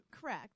correct